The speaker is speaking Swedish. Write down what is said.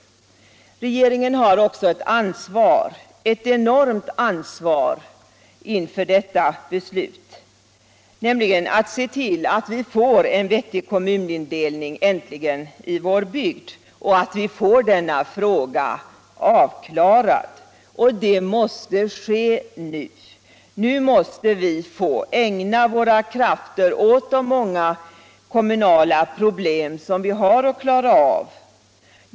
Regeringen har också ett ansvar, ett enormt ansvar, inför detta beslut, nämligen att se till att vi äntligen får en vettig kommunindelning i vår bygd och att vi får denna fråga avklarad. Det måste ske nu. Nu måste vi få ägna våra krafter åt de många kommunala problem som vi har att klara av.